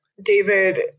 David